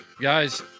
Guys